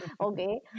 okay